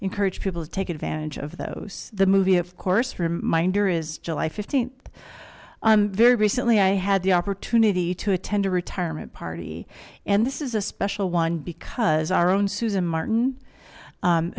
encourage people to take advantage of those the movie of course reminder is july th very recently i had the opportunity to attend a retirement party and this is a special one because our own susan martin